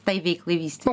tai veiklai vystyti